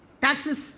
taxes